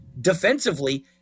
Defensively